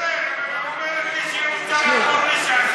היא אומרת לי שהיא רוצה לעבור לש"ס,